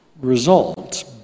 results